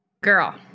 girl